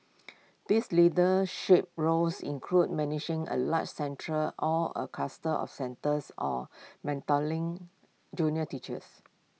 these leadership roles include managing A larger centre or A cluster of centres or mentoring junior teachers